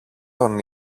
τον